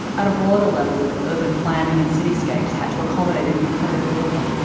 at a broader level, urban planning and cityscapes had to accommodate a new kind of worker,